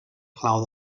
clau